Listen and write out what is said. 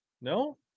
No